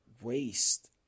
waste